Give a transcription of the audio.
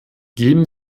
geben